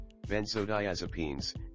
Benzodiazepines